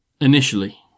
Initially